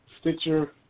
Stitcher